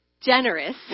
generous